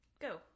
Go